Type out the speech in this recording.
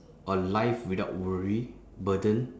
a life without worry burden